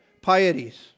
pieties